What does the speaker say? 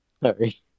Sorry